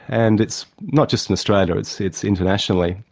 and it's not just in australia, it's it's internationally,